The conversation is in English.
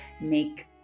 make